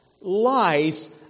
lies